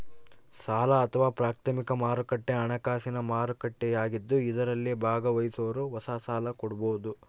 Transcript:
ಸಾಲ ಅಥವಾ ಪ್ರಾಥಮಿಕ ಮಾರುಕಟ್ಟೆ ಹಣಕಾಸಿನ ಮಾರುಕಟ್ಟೆಯಾಗಿದ್ದು ಇದರಲ್ಲಿ ಭಾಗವಹಿಸೋರು ಹೊಸ ಸಾಲ ಕೊಡಬೋದು